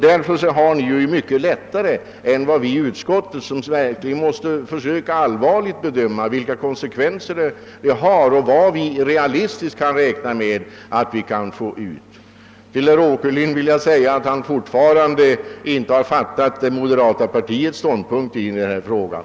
Därför har ni det mycket enklare än vi i utskottet som allvarligt måste försöka bedöma vilka konsekvenser olika åtgärder får och hur mycket pengar vi realistiskt kan räkna med. Till herr Åkerlind vill jag säga att han ännu inte har förstått moderata samlingspartiets ståndpunkt i skattefrågan.